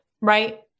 right